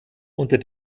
unter